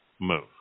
move